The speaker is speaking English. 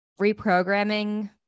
reprogramming